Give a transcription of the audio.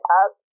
up